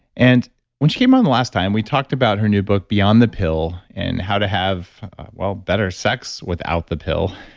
and when she came on the last time, we talked about her new book beyond the pill and how to have better sex without the pill.